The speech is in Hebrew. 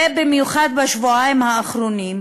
ובמיוחד בשבועיים האחרונים,